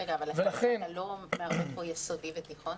לכן --- אבל אתה לא מערבב פה יסודי ותיכון?